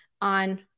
on